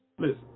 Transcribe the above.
Listen